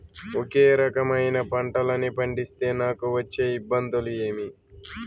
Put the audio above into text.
ఒకే రకమైన పంటలని పండిస్తే నాకు వచ్చే ఇబ్బందులు ఏమి?